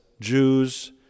Jews